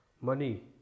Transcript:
money